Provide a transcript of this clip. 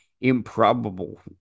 improbable